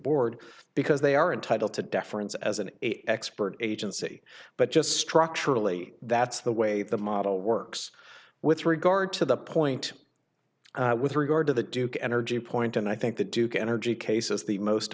board because they are entitled to deference as an expert agency but just structurally that's the way the model works with regard to the point with regard to the duke energy point and i think the duke energy case is the most